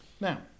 now